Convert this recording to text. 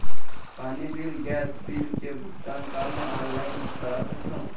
पानी bill gas bill के भुगतान का मैं ऑनलाइन करा सकथों?